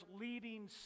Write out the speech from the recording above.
leading